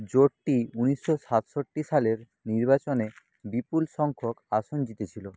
জোটটি উনিশশো সাতষট্টি সালের নির্বাচনে বিপুল সংখ্যক আসন জিতে ছিলো